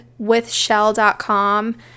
withshell.com